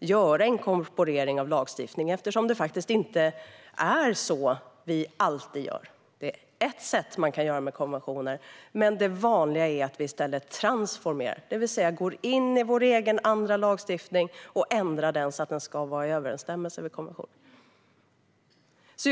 inkorporera barnkonventionen i lagstiftningen eftersom det inte är så vi brukar göra. Det är ett sätt som man kan hantera konventioner på, men det vanliga är att man i stället transformerar konventioner, det vill säga att vi ändrar vår lagstiftning så att den ska vara i överensstämmelse med konventionen.